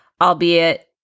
albeit